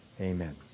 Amen